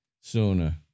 sooner